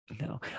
No